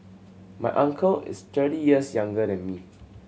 my uncle is thirty years younger than me